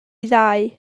ddau